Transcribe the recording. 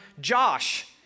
Josh